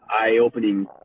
eye-opening